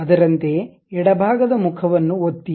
ಅದರಂತೆಯೇ ಎಡಭಾಗದ ಮುಖವನ್ನು ಒತ್ತಿ